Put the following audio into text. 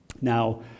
Now